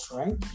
right